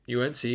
UNC